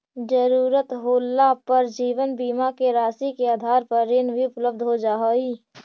ज़रूरत होला पर जीवन बीमा के राशि के आधार पर ऋण भी उपलब्ध हो जा हई